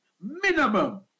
Minimum